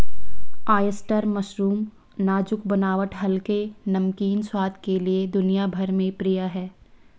oyster mushroom नाजुक बनावट हल्के, नमकीन स्वाद के लिए दुनिया भर में प्रिय है